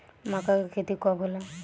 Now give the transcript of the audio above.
मक्का के खेती कब होला?